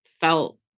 felt